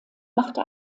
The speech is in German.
machte